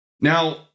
Now